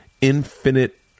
infinite